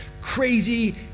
crazy